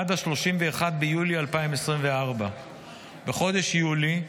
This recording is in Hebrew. עד 31 ביולי 2024. בחודש יולי,